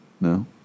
No